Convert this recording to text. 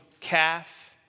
calf